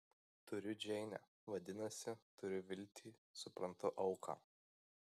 turiu džeinę vadinasi turiu viltį suprantu auką